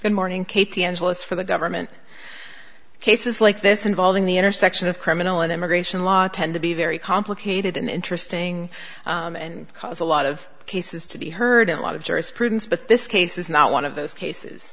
good morning katie angeles for the government cases like this involving the intersection of criminal and immigration law tend to be very complicated and interesting and cause a lot of cases to be heard in a lot of jurisprudence but this case is not one of those cases